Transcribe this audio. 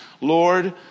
Lord